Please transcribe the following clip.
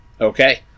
Okay